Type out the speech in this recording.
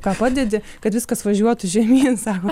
ką padedi kad viskas važiuotų žemyn sako